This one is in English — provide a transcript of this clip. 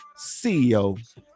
CEO